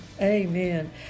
amen